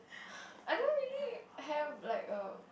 I don't really have like a